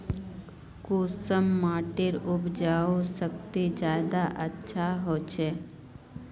कुंसम माटिर उपजाऊ शक्ति ज्यादा अच्छा होचए?